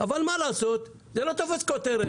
אבל מה לעשות, זה לא תופס כותרת.